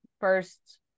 first